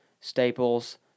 staples